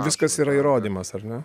viskas yra įrodymas ar ne